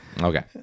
Okay